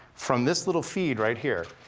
from this little feed right here.